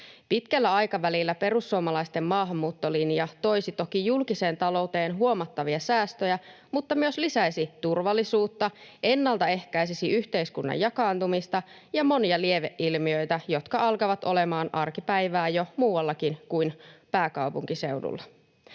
Pitkällä aikavälillä perussuomalaisten maahanmuuttolinja toisi toki julkiseen ta-louteen huomattavia säästöjä mutta myös lisäisi turvallisuutta ja ennaltaehkäisisi yhteiskunnan jakaantumista ja monia lieveilmiöitä, jotka alkavat olemaan arkipäivää jo muuallakin kuin pääkaupunkiseudulla.